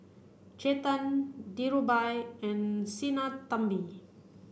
Chetan Dhirubhai and Sinnathamby